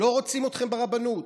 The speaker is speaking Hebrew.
לא רוצים אתכם ברבנות?